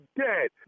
dead